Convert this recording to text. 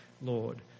Lord